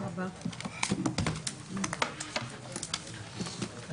הישיבה ננעלה בשעה 12:38.